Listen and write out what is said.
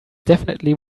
definitely